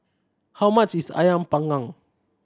how much is Ayam Panggang